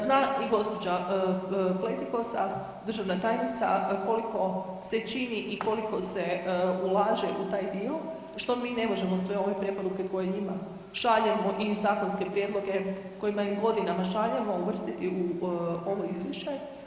Zna i gospođa Pletikosa, državna tajnica koliko se čini i koliko se ulaže u taj dio, što mi ne možemo sve ove preporuke koje njima šaljemo i zakonske prijedloge koje im godinama šaljemo uvrstiti u ovu izvješće.